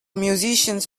musicians